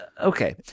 Okay